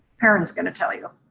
parend is gonna tell you.